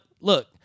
look